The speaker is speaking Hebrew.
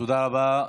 תודה רבה.